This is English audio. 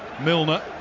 Milner